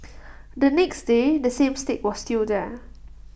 the next day the same stick was still there